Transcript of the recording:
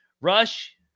Rush